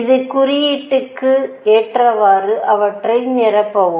இந்த குறியீட்டுக்கு ஏற்றவாறு அவற்றை நிரப்பவும்